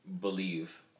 Believe